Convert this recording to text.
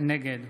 נגד